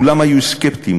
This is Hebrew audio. כולם היו סקפטיים,